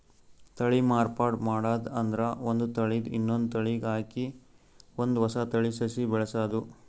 ತಳಿ ಮಾರ್ಪಾಡ್ ಮಾಡದ್ ಅಂದ್ರ ಒಂದ್ ತಳಿದ್ ಇನ್ನೊಂದ್ ತಳಿಗ್ ಹಾಕಿ ಒಂದ್ ಹೊಸ ತಳಿ ಸಸಿ ಬೆಳಸದು